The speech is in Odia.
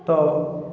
ତ